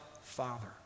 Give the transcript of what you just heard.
Father